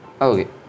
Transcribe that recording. Okay